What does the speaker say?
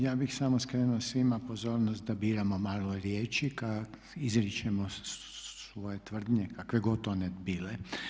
Ja bih samo skrenuo svima pozornost da biramo malo riječi kad izričemo svoje tvrdnje kakve god one bile.